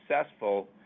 successful